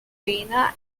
vienna